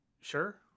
sure